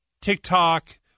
TikTok